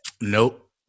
Nope